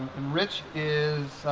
and rich is.